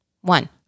One